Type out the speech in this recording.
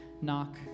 knock